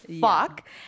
fuck